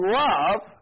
love